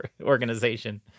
organization